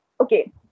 okay